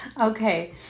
okay